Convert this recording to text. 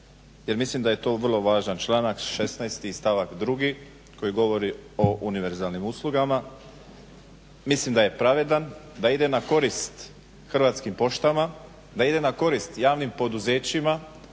jer mislim da je to vrlo važan članak 16. stavak 2. koji govori o univerzalnim uslugama. Mislim da je pravedan, da ide na korist Hrvatskim poštama da ide na korist javnim poduzećima,